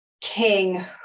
king